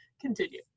Continue